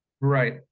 right